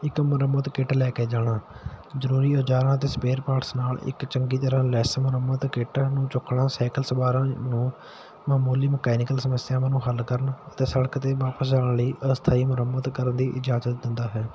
ਇੱਕ ਮੁਰੰਮਤ ਕਿੱਟ ਲੈ ਕੇ ਜਾਣਾ ਜ਼ਰੂਰੀ ਔਜ਼ਾਰ ਅਤੇ ਸਪੇਅਰ ਪਾਰਟਸ ਨਾਲ ਇੱਕ ਚੰਗੀ ਤਰ੍ਹਾਂ ਲੈਸ ਮੁਰੰਮਤ ਕਿੱਟ ਚੁੱਕਣਾ ਸਾਈਕਲ ਸਵਾਰਾਂ ਨੂੰ ਮਾਮੂਲੀ ਮਕੈਨੀਕਲ ਸਮੱਸਿਆਵਾਂ ਨੂੰ ਹੱਲ ਕਰਨ ਅਤੇ ਸੜਕ ਤੋਂ ਵਾਪਿਸ ਜਾਣ ਲਈ ਅਸਥਾਈ ਮੁਰੰਮਤ ਕਰਨ ਦੀ ਇਜਾਜ਼ਤ ਦਿੰਦਾ ਹੈ